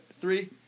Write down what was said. Three